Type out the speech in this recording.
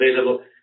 available